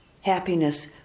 happiness